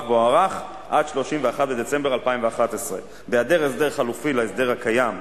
והוארך עד 31 בדצמבר 2011. בהיעדר הסדר חלופי להסדר הקיים,